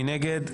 מי נגד?